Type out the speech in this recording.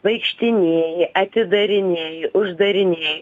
vaikštinėji atidarinėji uždarinėji